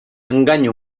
enganya